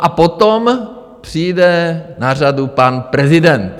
A potom přijde na řadu pan prezident.